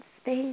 space